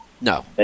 No